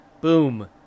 Boom